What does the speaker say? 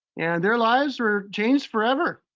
and their lives were changed forever.